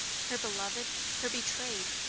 her beloved, her betrayed,